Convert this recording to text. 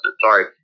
sorry